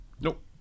Nope